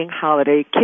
holiday